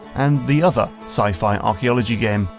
and the other sci-fi archeology game,